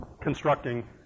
constructing